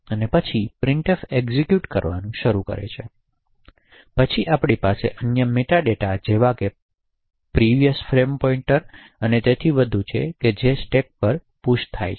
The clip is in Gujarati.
અને પછી પ્રિંટફ એક્ઝેક્યુટ કરવાનું શરૂ કરે છે અને પછી આપણી પાસે અન્ય મેટાડેટા જેમ કે પાછલા ફ્રેમ પોઇન્ટર અને તેથી વધુ છે જે સ્ટેક પર પુશ થાય છે